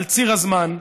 על ציר הזמן,